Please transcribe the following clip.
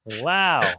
wow